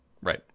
right